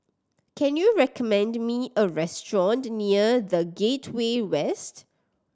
can you recommend me a restaurant near The Gateway West